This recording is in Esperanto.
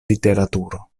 literaturo